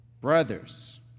brothers